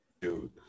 dude